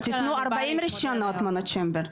אבל תתנו 40 רישיונות מונוצ'יימבר.